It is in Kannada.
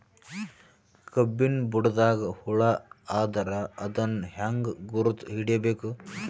ಕಬ್ಬಿನ್ ಬುಡದಾಗ ಹುಳ ಆದರ ಅದನ್ ಹೆಂಗ್ ಗುರುತ ಹಿಡಿಬೇಕ?